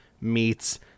meets